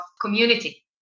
community